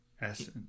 essence